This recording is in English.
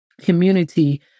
community